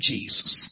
Jesus